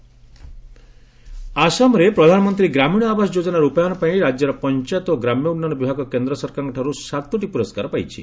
Assam PMAY G ଆସାମରେ ପ୍ରଧାନମନ୍ତ୍ରୀ ଗ୍ରାମୀଣ ଆବାସ ଯୋଜନା ରୂପାୟନ ପାଇଁ ରାଜ୍ୟର ପଞ୍ଚାୟତ ଓ ଗ୍ରାମ୍ୟ ଉନ୍ନୟନ ବିଭାଗ କେନ୍ଦ୍ର ସରକାରଙ୍କ ଠାରୁ ସାତୋଟି ପୁରସ୍କାର ପାଇଛି